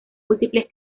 múltiples